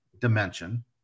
dimension